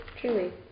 Truly